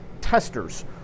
testers